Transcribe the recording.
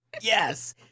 Yes